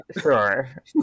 Sure